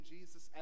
Jesus